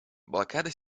блокада